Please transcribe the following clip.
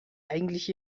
eigentlich